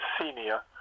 Senior